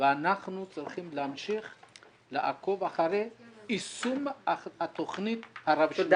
וחושב שאנחנו צריכים להמשיך לעקוב אחרי יישום התכנית הרב-שנתית.